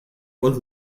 und